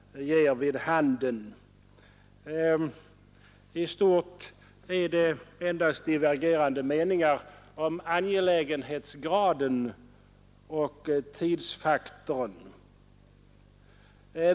I stort är det endast divergerande meningar om angelägenhetsgraden och tidsfaktorn.